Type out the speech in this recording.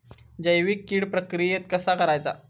जैविक कीड प्रक्रियेक कसा करायचा?